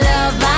Love